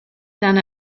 done